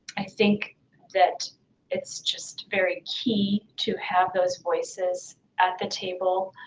i think that it's just very key to have those voices at the table,